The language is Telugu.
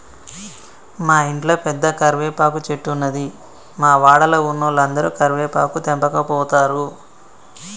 మా ఇంట్ల పెద్ద కరివేపాకు చెట్టున్నది, మా వాడల ఉన్నోలందరు కరివేపాకు తెంపకపోతారు